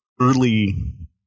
early